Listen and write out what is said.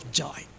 joy